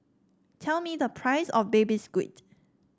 tell me the price of Baby Squid